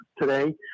today